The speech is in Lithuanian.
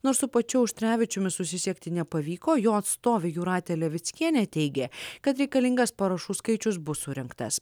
nors su pačiu auštrevičiumi susisiekti nepavyko jo atstovė jūratė levickienė teigė kad reikalingas parašų skaičius bus surinktas